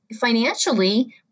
financially